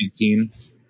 2019